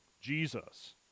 Jesus